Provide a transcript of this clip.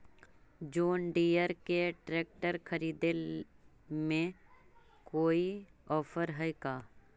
जोन Deere के tractor खरिदे में कोई औफर है का?